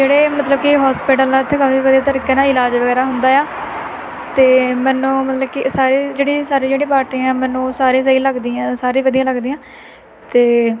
ਜਿਹੜੇ ਮਤਲਬ ਕਿ ਹੋਸਪਿਟਲ ਇੱਥੇ ਕਾਫੀ ਵਧੀਆ ਤਰੀਕੇ ਨਾਲ ਇਲਾਜ ਵਗੈਰਾ ਹੁੰਦਾ ਆ ਅਤੇ ਮੈਨੂੰ ਮਤਲਬ ਕਿ ਇਹ ਸਾਰੀ ਜਿਹੜੀ ਸਾਰੀ ਜਿਹੜੀ ਪਾਰਟੀਆਂ ਮੈਨੂੰ ਸਾਰੇ ਸਹੀ ਲੱਗਦੀਆਂ ਸਾਰੇ ਵਧੀਆ ਲੱਗਦੀਆਂ ਅਤੇ